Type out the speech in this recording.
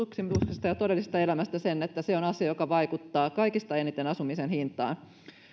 ja todellisesta elämästä sen että se on asia joka vaikuttaa kaikista eniten asumisen hintaan